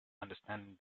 understanding